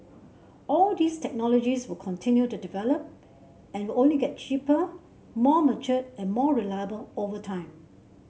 all these technologies will continue to develop and will only get cheaper more mature and more reliable over time